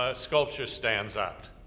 ah sculpture stands out.